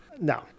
No